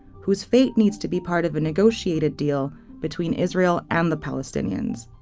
whose fate needs to be part of a negotiated deal between israel and the palestinians.